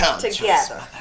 together